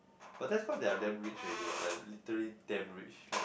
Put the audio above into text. that's cause they are damn rich already what like literally damn rich like